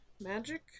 magic